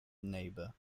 neighbor